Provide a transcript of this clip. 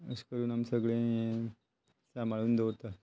अशें करून आमी सगळे हे सांबाळून दवरतात